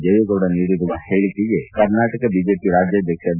ದೇವೇಗೌಡ ನೀಡಿರುವ ಹೇಳಕೆಗೆ ಕರ್ನಾಟಕ ಬಿಜೆಪಿ ರಾಜ್ವಾಧ್ಯಕ್ಷ ಬಿ